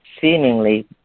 seemingly